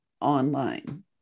online